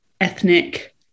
ethnic